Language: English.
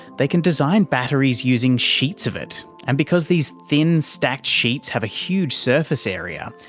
they can design batteries using sheets of it. and because these thin stacked sheets have a huge surface area,